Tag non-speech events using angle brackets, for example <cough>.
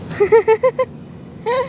<laughs>